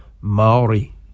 Maori